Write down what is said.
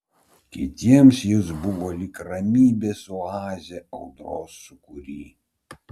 kitiems jis buvo lyg ramybės oazė audros sūkury